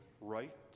right